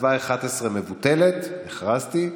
הצבעה 11 מבוטלת, הכרזתי.